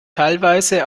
teilweise